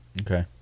Okay